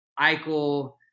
Eichel